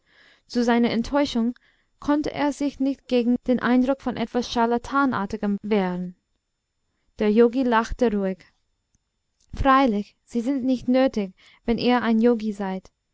zu seiner enttäuschung konnte er sich nicht gegen den eindruck von etwas charlatanartigem wehren der yogi lachte ruhig freilich sie sind nicht nötig wenn ihr ein yogi seid